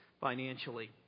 financially